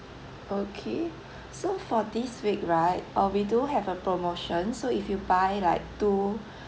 okay so for this week right oh we do have a promotion so if you buy like two